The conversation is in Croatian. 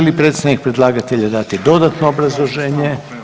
Želi li predstavnik predlagatelja dati dodatno obrazloženje?